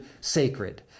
sacred